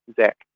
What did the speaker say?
Zach